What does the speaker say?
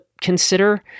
consider